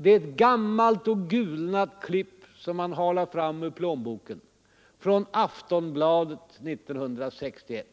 Det är ett gammalt och gulnat klipp som halas fram ur plånboken, ett klipp ur Aftonbladet 1961